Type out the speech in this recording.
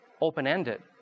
open-ended